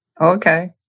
Okay